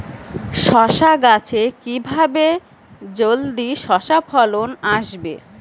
শশা গাছে কিভাবে জলদি শশা ফলন আসবে?